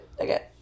Okay